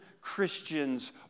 Christians